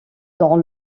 dans